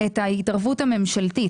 את ההתערבות הממשלתית.